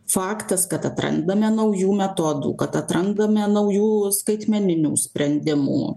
faktas kad atrandame naujų metodų kad atrandame naujų skaitmeninių sprendimų